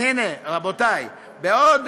אז הנה, רבותי, בעוד